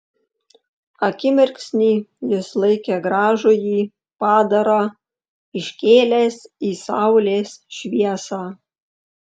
akimirksnį jis laikė gražųjį padarą iškėlęs į saulės šviesą